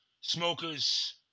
smokers